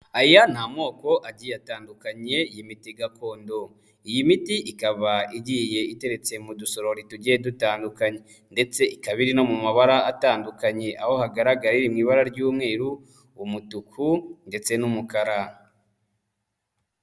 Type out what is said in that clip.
Aya ni moko agiye atandukanye y'imiti gakondo. Iyi miti ikaba igiye iteretse mu dusorori tugiye dutandukanye ndetse ikaba iri no mu mabara atandukanye, aho hagaragara iri mu ibara ry'umweru, umutuku ndetse n'umukara.